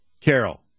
Carol